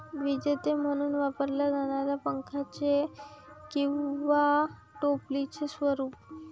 विजेते म्हणून वापरल्या जाणाऱ्या पंख्याचे किंवा टोपलीचे स्वरूप